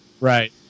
right